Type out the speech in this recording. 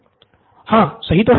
pro बाला हाँ सही तो है